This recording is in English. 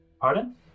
Pardon